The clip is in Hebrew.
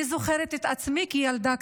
אני זוכרת את עצמי כילדה קטנה,